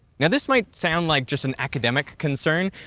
now, this might sound like just an academic concern,